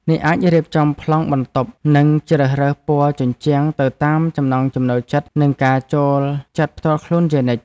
អ្នកអាចរៀបចំប្លង់បន្ទប់និងជ្រើសរើសពណ៌ជញ្ជាំងទៅតាមចំណង់ចំណូលចិត្តនិងការចូលចិត្តផ្ទាល់ខ្លួនជានិច្ច។